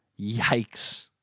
Yikes